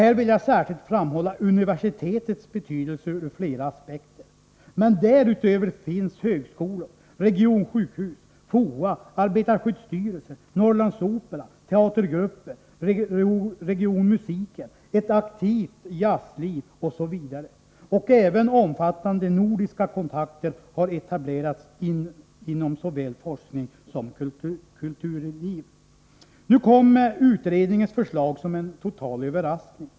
Jag vill här särskilt framhålla universitetets betydelse ur flera aspekter. Men härutöver finns där högskolor, regionsjukhus, FOA, arbetarskyddsstyrelsen, Norrlandsoperan, teatergrupper, regionmusiken, ett aktivt jazzliv osv. Även omfattande nordiska kontakter har etablerats inom såväl forskning som kulturliv. Utredningens förslag kom som en total överraskning.